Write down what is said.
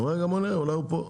רגע, בוא נראה, אולי הוא פה.